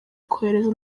kohereza